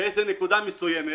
באיזו נקודה מסוימת,